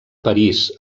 parís